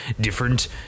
different